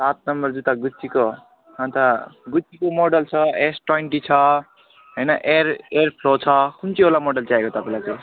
सात नम्बर जुत्ता गुच्चीको अन्त गुच्चीको मोडल छ एस ट्वेन्टी छ होइन एयर एयर फ्लो छ कुन चाहिँ वाला मोडल चाहिएको तपाईँलाई चाहिँ